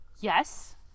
yes